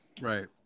right